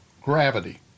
gravity